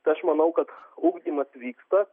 tai aš manau kad ugdymas vyksta